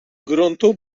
gruntu